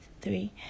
three